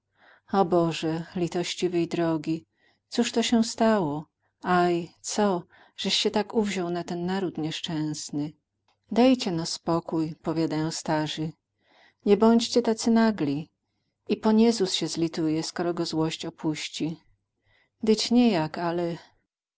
o boże litościwy i drogi cóż sie to stało aj co żeś sie tak uwziął na ten naród nieszczęsny dejcie no spokój powiadają starzy nie bądźcie tacy nagli i paniezus sie zlituje skoro go złość opuści dyć niejak ale